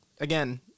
again